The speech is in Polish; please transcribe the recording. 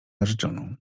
narzeczoną